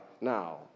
now